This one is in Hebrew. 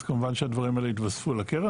אז כמובן שהדברים האלה יתווספו על הקרן.